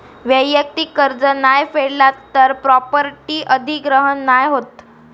वैयक्तिक कर्ज नाय फेडला तर प्रॉपर्टी अधिग्रहण नाय होत